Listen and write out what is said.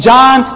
John